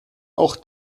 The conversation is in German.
auch